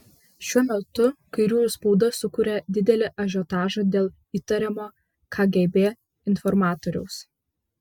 šiuo metu kairiųjų spauda sukuria didelį ažiotažą dėl įtariamo kgb informatoriaus